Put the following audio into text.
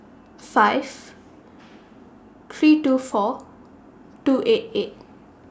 five three two four two eight eight